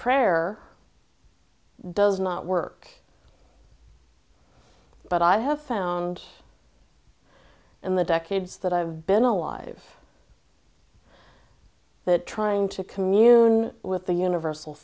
prayer does not work but i have found in the decades that i've been alive that trying to commune with the universal